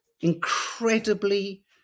incredibly